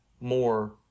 more